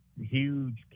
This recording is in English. Huge